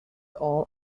all